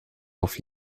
auf